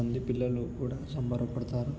మంది పిల్లలు కూడా సంబరపడతారు